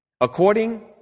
According